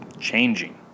changing